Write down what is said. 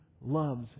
loves